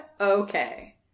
okay